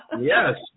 Yes